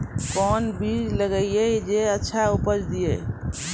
कोंन बीज लगैय जे अच्छा उपज दिये?